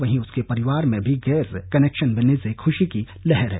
वही उसके परिवार में भी गैस कनेक्शन मिलने से खूशी की लहर है